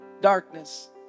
darkness